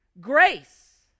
Grace